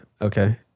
okay